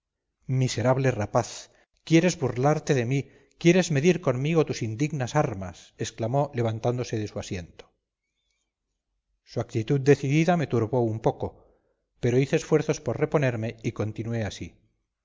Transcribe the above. miserable rapaz quieres burlarte de mí quieres medir conmigo tus indignas armas exclamó levantándose de su asiento su actitud decidida me turbó un poco pero hice esfuerzos por reponerme y continué así